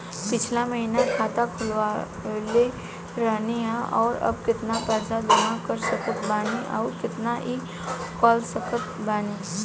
पिछला महीना खाता खोलवैले रहनी ह और अब केतना पैसा जमा कर सकत बानी आउर केतना इ कॉलसकत बानी?